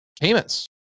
payments